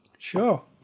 Sure